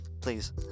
Please